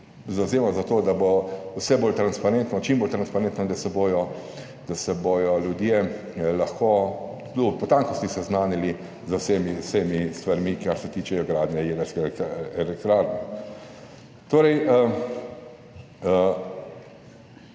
zavzemal za to, da bo vse bolj transparentno oziroma čim bolj transparentno in da se bodo ljudje lahko do potankosti seznanili z vsemi stvarmi kar se tiče gradnje jedrskih elektrarn.